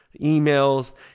emails